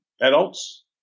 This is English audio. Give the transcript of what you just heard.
adults